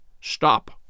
Stop